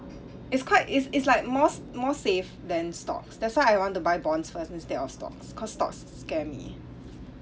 it's quite it's it's like most more safe than stocks that's why I want to buy bonds first instead of stocks cause stocks scare me